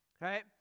Right